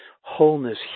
wholeness